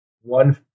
one